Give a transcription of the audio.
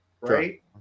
right